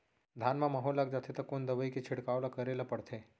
धान म माहो लग जाथे त कोन दवई के छिड़काव ल करे ल पड़थे?